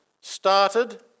started